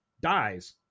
dies